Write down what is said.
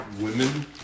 women